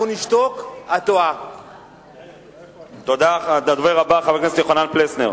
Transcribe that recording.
אני מבקש להחזיר את חבר הכנסת חסון ואת טלב אלסאנע.